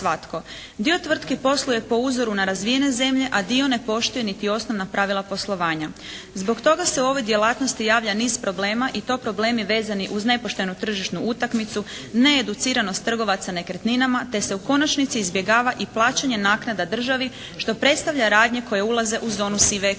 Dio tvrtki posluje po uzoru na razvijene zemlje a dio ne poštuje niti osnovna pravila poslovanja. Zbog toga se u ovoj djelatnosti javlja niz problema i to problemi vezani uz nepoštenu tržišnu utakmicu, needuciranost trgovaca nekretninama te se u konačnici izbjegava i plaćanje naknada državi što predstavlja radnje koje ulaze u zonu sive ekonomije.